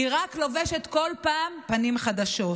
והיא רק לובשת כל פעם פנים חדשות.